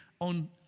on